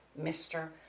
Mr